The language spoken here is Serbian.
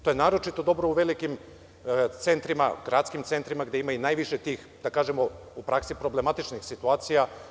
To je naročito dobro u velikim centrima, gradskim centrima gde ima i najviše tih, da kažemo, u praksi problematičnih situacija.